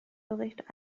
bericht